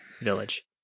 village